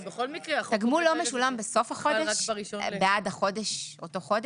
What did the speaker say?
תגמול לא משולם בסוף החודש בעד אותו חודש.